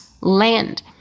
land